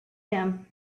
him